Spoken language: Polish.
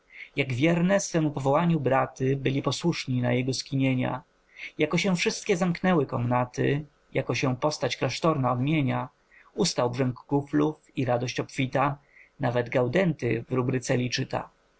wierne swemu powołaniu braty byli posłuszni na jego skinienia jako się wszystkie zamknęły komnaty jako się postać klasztorna odmienia ustał brzęk kuflów i radość obfita nawet gaudenty w rubryceli czyta